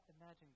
imagine